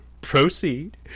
proceed